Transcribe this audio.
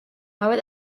haver